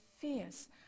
fierce